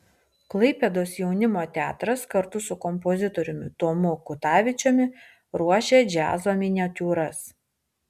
klaipėdos jaunimo teatras kartu su kompozitoriumi tomu kutavičiumi ruošia džiazo miniatiūras